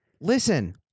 listen